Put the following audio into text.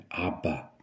Abba